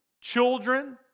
children